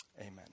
amen